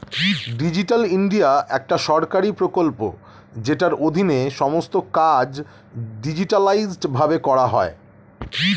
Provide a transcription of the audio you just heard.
digital India একটি সরকারি প্রকল্প যেটির অধীনে সমস্ত কাজ ডিজিটালাইসড ভাবে করা হয়